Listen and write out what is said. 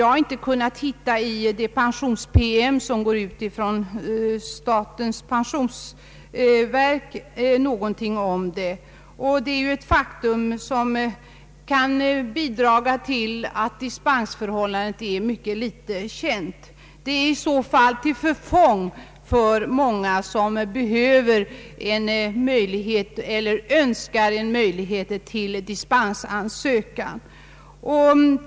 Jag har åtminstone i den pensionspromemoria som går från statens pensionsverk inte kunnat hitta någonting därom. Det förhållandet kan bidra till att dispensförfarandet är ytterst litet känt, vilket blir till förfång för många som önskar ha möjlighet att ansöka om dispens.